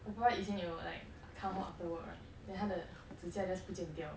我爸爸以前有 like come work after work right then 他的指甲 just 不见掉